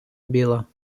біла